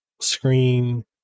screen